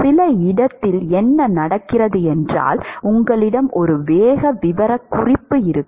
சில இடத்தில் என்ன நடக்கிறது என்றால் உங்களிடம் ஒரு வேக விவரக்குறிப்பு இருக்கும்